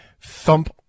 Thump